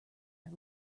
are